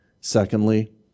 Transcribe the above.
Secondly